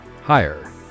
higher